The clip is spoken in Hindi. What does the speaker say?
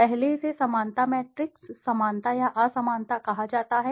पहले इसे समानता मैट्रिक्स समानता या असमानता कहा जाता है